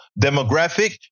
demographic